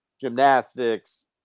gymnastics